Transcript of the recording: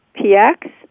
px